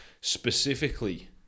specifically